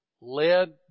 led